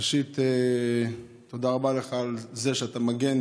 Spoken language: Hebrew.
ראשית, תודה רבה לך על שאתה מגן